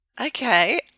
Okay